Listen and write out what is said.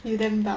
you damn dumb